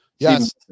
Yes